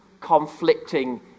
conflicting